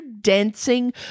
dancing